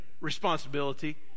responsibility